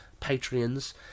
Patreons